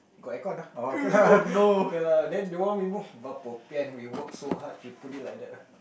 got aircon ah okay lah okay lah then don't want we move [wah] bo pian we work so hard we put it like that lah